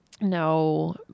No